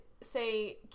say